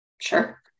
Sure